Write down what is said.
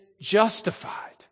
justified